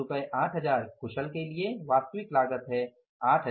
रुपये 8000 कुशल के लिए वास्तविक लागत 8000 है